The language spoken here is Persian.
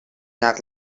نقل